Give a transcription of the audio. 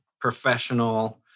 professional